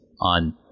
on